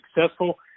successful